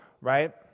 right